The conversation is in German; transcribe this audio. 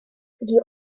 die